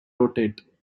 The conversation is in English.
rotate